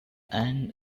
and